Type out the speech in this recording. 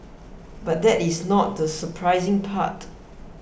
but that is not the surprising part